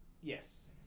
Yes